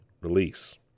release